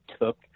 took